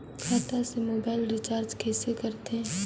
खाता से mobile recharge कइसे करथे